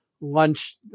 lunch